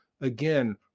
again